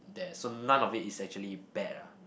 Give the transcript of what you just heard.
ya so none of it is actually bad ah